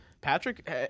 Patrick